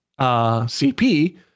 CP